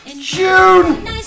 June